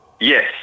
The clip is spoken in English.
Yes